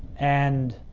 and